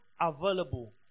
available